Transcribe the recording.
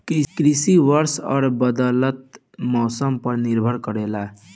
कृषि वर्षा और बदलत मौसम पर निर्भर करेला